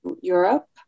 Europe